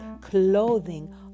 clothing